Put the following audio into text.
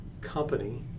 Company